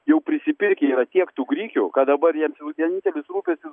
jau prisipirkę yra tiek tų grikių kad dabar jiems jau vienintelis rūpestis